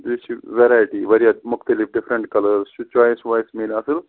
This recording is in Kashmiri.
بیٚیہِ چھِ وٮ۪ریٹی وارِیاہ مختلف ڈفرنٹ کلٲرٕس چھُ چۄیِس وۄیِس مٮ۪لہِ اصٕل